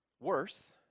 worse